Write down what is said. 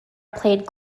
played